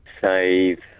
save